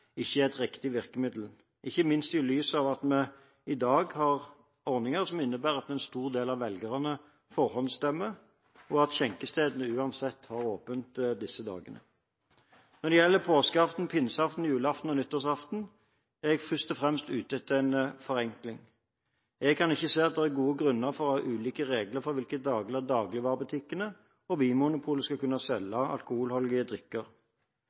ikke er et riktig virkemiddel – ikke minst i lys av at vi i dag har ordninger som innebærer at en stor del av velgerne forhåndsstemmer, og at skjenkestedene uansett har åpent disse dagene. Når det gjelder påskeaften, pinseaften, julaften og nyttårsaften, er jeg først og fremst ute etter en forenkling. Jeg kan ikke se at det er gode grunner for å ha ulike regler for hvilke dager dagligvarebutikkene og Vinmonopolet skal kunne selge alkoholholdige drikker.